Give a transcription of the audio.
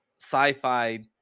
sci-fi